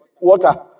water